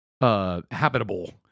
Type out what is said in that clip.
habitable